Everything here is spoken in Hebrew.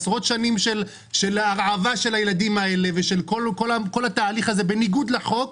עשרות שנים של הרעבת הילדים האלה וכל התהליך הזה בניגוד לחוק,